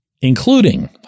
including